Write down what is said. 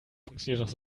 funktioniert